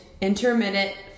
intermittent